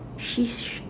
she's